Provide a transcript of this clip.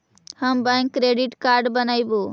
हम bank credit card बनैवो?